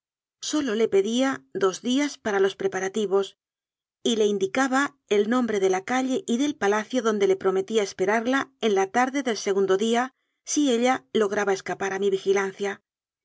sólo le pedía dos días para los prepa rativos y le indicaba el nombre de la calle y del palacio donde le prometía esperarla en la tarde del segundo día si ella lograba escapar a mi vi